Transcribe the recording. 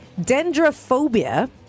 Dendrophobia